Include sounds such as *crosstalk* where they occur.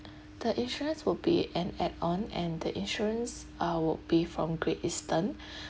the insurance will be an add on and the insurance uh would be from great eastern *breath*